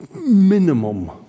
minimum